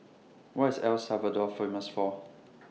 What IS El Salvador Famous For